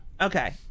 okay